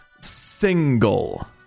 Single